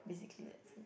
basically that's it